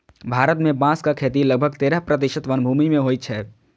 भारत मे बांसक खेती लगभग तेरह प्रतिशत वनभूमि मे होइ छै